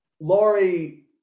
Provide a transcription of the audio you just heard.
Laurie